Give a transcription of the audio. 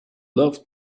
loved